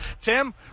Tim